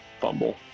fumble